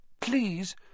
please